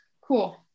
Cool